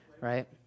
right